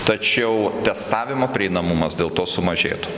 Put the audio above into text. tačiau testavimo prieinamumas dėl to sumažėtų